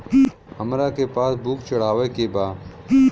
हमरा के passbook चढ़ावे के बा?